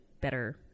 better